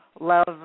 love